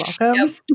welcome